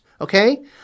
okay